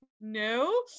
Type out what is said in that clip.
no